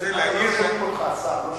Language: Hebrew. לא רואה עוד חברי כנסת, וכמובן מזכירת הכנסת.